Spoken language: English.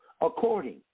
according